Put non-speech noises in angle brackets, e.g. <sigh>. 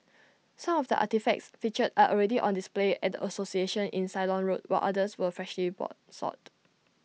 some of the artefacts featured are already on display at association in Ceylon road while others were freshly <unintelligible> sought